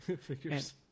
Figures